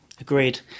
Agreed